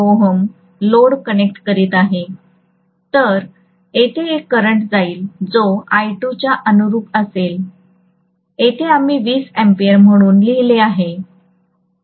Ω load connect करीत आहे तर येथे एक करंट जाईल जो I2 च्या अनुरूप असेल येथे आम्ही 20A म्हणून लिहिले आहे